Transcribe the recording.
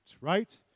Right